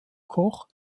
koch